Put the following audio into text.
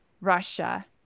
Russia